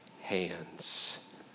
hands